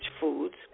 foods